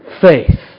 Faith